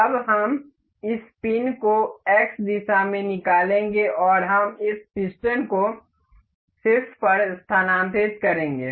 अब हम इस पिन को एक्स दिशा में निकालेंगे और हम इस पिस्टन को शीर्ष पर स्थानांतरित करेंगे